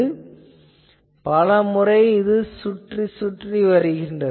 இது பலமுறை சுற்றி வருகிறது